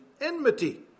enmity